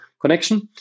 connection